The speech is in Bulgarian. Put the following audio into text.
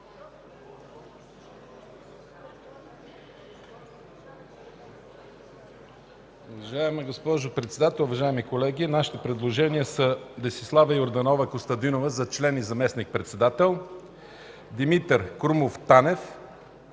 Уважаема госпожо Председател, уважаеми колеги! Нашите предложения са: Десислава Йорданова Костадинова за член и заместник-председател; Димитър Крумов Танев;